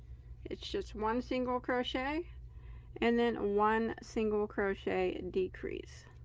it's just one single crochet and then one single crochet and decrease